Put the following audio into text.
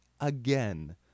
again